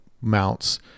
mounts